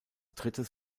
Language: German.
drittes